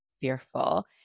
fearful